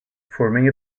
forming